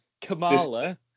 Kamala